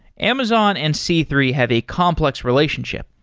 amazon and c three have a complex relationship.